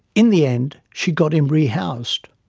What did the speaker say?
in the end, she got him rehoused.